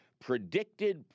Predicted